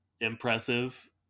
impressive